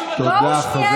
היה מישהו בתפקיד,